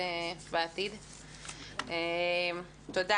גיא